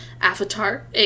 Avatar